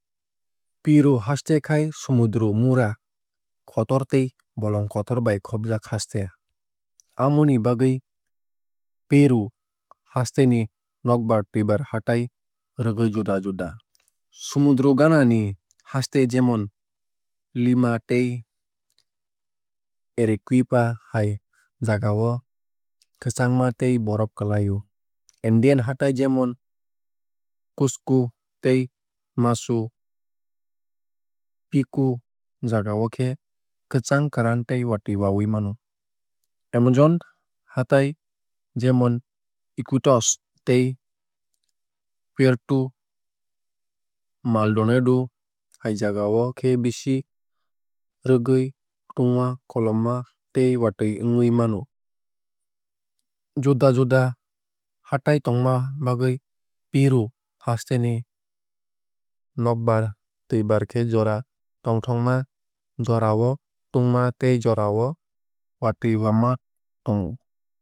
Peru haste khai somudro mura kotor tei bolong kotor bai khopjak haste. Aboni bagui peru haste ni nokbar twuibar hatai rwgui juda juda. Somudra ganani haste jemon lima tei arequipa hai jagao kwchangma tei borof klai o. Andean hatai jemon cusco tei machu picchu jagao khe kwchang kwran tei watui wawui mano. Amazon hatai jemon iquitos tei puerto maldonado hai jagao khe bisi rwgui tungma koloma tei watui wngui mano. Juda juda hatai tongma bagui peru haste ni nokbar twuibar khe jora tongthokma jorao tungma tei jorao watui wama tongo.